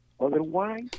otherwise